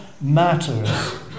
matters